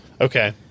okay